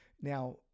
Now